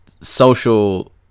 social